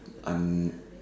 I'm